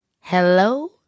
Hello